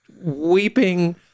weeping